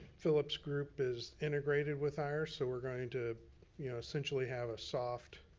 phillip's group is integrated with ours so we're going to essentially have a soft